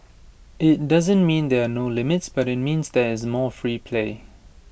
IT doesn't mean there are no limits but IT means there is more free play